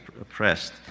oppressed